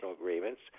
agreements